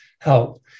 help